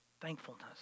Thankfulness